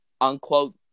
unquote